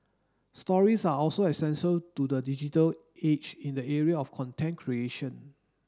stories are also essential to the digital age in the area of content creation